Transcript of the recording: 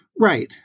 Right